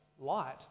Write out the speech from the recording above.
light